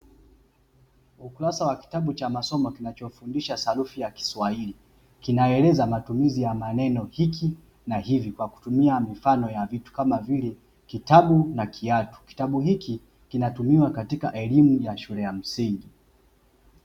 Ukurasa wa kitabu cha masomo kinachofundisha sarufi ya kiswahili, kinaeleza matumizi ya maneno ya hiki na hivi kwa kutumia mifano ya vitu kama vile kitabu na kiatu, kitabu hiki kinatumiwa katika elimu ya shule ya msingi.